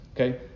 okay